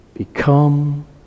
Become